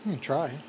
Try